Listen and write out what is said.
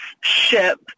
ship